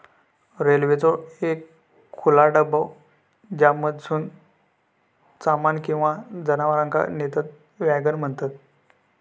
रेल्वेचो एक खुला डबा ज्येच्यामधसून सामान किंवा जनावरांका नेतत वॅगन म्हणतत